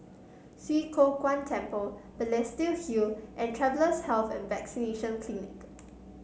Swee Kow Kuan Temple Balestier Hill and Travellers' Health and Vaccination Clinic